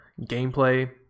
gameplay